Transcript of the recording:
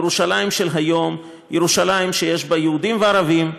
ירושלים של היום היא ירושלים שיש בה יהודים וערבים,